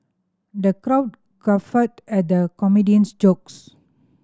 the crowd guffawed at the comedian's jokes